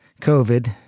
COVID